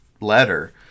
letter